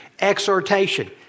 Exhortation